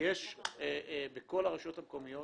יש בכל הרשויות המקומיות